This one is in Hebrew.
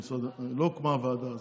לא הוקמה הוועדה הזאת.